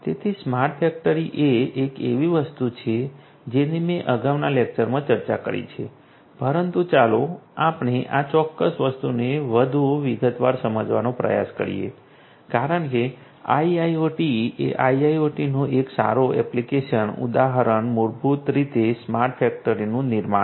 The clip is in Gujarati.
તેથી સ્માર્ટ ફેક્ટરી એ એક એવી વસ્તુ છે જેની મેં અગાઉના લેક્ચરમાં ચર્ચા કરી છે પરંતુ ચાલો આપણે આ ચોક્કસ વસ્તુને વધુ વિગતવાર સમજવાનો પ્રયાસ કરીએ કારણ કે IIoT એ આઇઆઇઓટીનો એક સારો એપ્લિકેશન ઉદાહરણ મૂળભૂત રીતે સ્માર્ટ ફેક્ટરીઓનું નિર્માણ છે